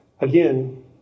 Again